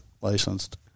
licensed